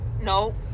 no